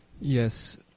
yes